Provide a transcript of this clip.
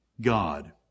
God